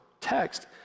text